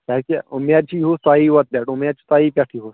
تاکہِ اُمید چھِ یِہُس تۄہی یوت پٮ۪ٹھ اُمیٖد چھِ تۄہی پٮ۪ٹھ یِہُس